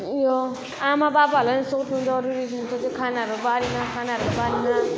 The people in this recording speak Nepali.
उयो आमाबाबाहरूलाई पनि सोध्नु जरुरी हुन्छ त्यो खानाहरू बारेमा खानाहरूको बारेमा